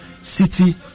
City